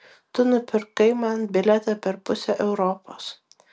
tu nupirkai man bilietą per pusę europos